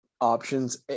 options